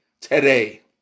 today